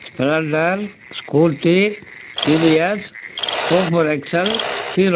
Splendor Scooty TVS super XL hero